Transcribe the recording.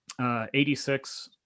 86